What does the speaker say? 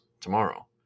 tomorrow